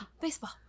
Baseball